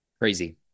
crazy